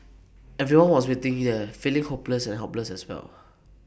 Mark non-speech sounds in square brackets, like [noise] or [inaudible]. [noise] everyone was waiting here feeling hopeless and helpless as well